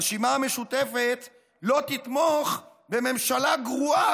הרשימה המשותפת לא תתמוך בממשלה גרועה